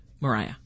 Mariah